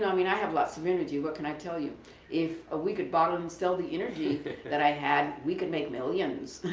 and i mean i have lots of energy, what can i tell you if ah we could borrow and instill the energy that i had, we could make millions.